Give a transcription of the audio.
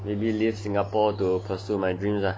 leave singapore to pursue my dreams lah